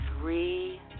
three